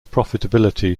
profitability